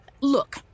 Look